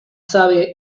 sabe